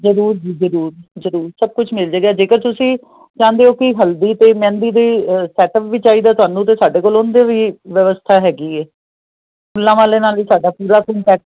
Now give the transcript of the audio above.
ਜਰੂਰ ਜੀ ਜਰੂਰ ਸਭ ਕੁਝ ਮਿਲ ਜਾਏਗਾ ਜੇਕਰ ਤੁਸੀਂ ਚਾਹੁੰਦੇ ਹੋ ਕਿ ਹਲਦੀ ਤੇ ਮਹਿੰਦੀ ਦੇ ਸੈਟ ਅਪ ਵੀ ਚਾਹੀਦਾ ਤੁਹਾਨੂੰ ਤੇ ਸਾਡੇ ਕੋਲ ਆਉਂਦੇ ਵੀ ਵਿਵਸਥਾ ਹੈਗੀ ਹ ਫੁੱਲਾਂ ਵਾਲੇ ਨਾਲ ਵੀ ਸਾਡਾ ਪੂਰਾ ਕੋਟੈਕਟ